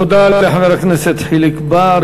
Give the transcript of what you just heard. תודה לחבר הכנסת חיליק בר.